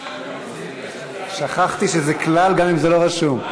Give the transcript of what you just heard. יש הוראת קבע, נסים זאב.